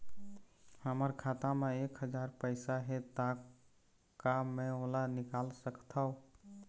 हमर खाता मा एक हजार पैसा हे ता का मैं ओला निकाल सकथव?